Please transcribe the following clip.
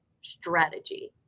strategy